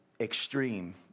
extreme